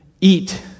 eat